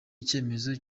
icyemezo